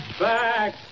back